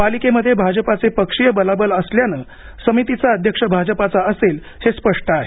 पालिकेमध्ये भाजपाचे पक्षीय बलाबल असल्यानं समितीचा अध्यक्ष भाजपाचा असेल हे स्पष्ट आहे